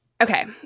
Okay